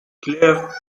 clair